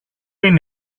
είναι